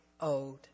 owed